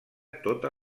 tota